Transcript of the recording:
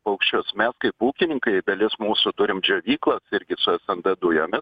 paukščius mes kaip ūkininkai dalis mūsų turim džiovyklas irgi su es em d dujomis